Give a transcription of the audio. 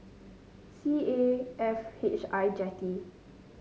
C A F H I Jetty